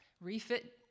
Refit